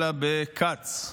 אלא בכץ,